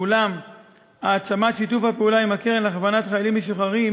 ואולם העצמת שיתוף הפעולה עם הקרן להכוונת חיילים משוחררים